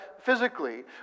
physically